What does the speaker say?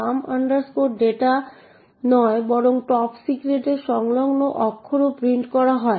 এবং অবশেষে আমরা একটি টপ সিক্রেট ম্যাসেজ পাই যা পর্দায় প্রদর্শিত হয়